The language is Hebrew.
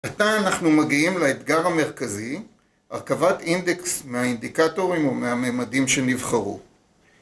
אתה אנחנו מגיעים לאתגר המרכזי הרכבת אינדקס מהאינדיקטורים או מהממדים שנבחרו